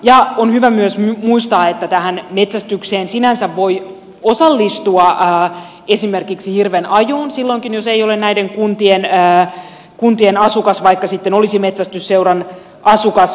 ja on hyvä myös muistaa että tähän metsästykseen sinänsä voi osallistua esimerkiksi hirvenajoon silloinkin jos ei ole näiden kuntien asukas vaikka sitten olisi metsästysseuran jäsen